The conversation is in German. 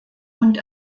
und